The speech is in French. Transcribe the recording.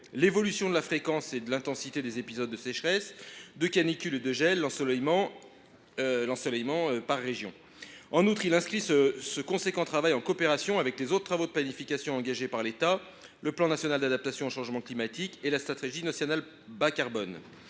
l’évolution de la fréquence et de l’intensité des épisodes de sécheresse, de canicule et de gel, et l’ensoleillement par région. En outre, il vise à inscrire cet important travail dans le cadre des autres travaux de planification engagés par l’État : le plan national d’adaptation au changement climatique (Pnacc) et la stratégie nationale bas carbone